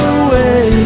away